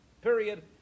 Period